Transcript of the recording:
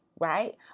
right